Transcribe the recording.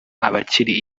abakiri